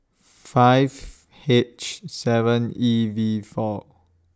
five H seven E V four